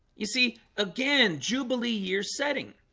you see again jubilee year setting